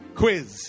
quiz